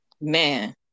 Man